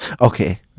Okay